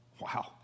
wow